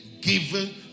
given